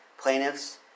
Plaintiffs